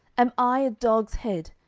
am i a dog's head,